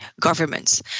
governments